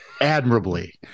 admirably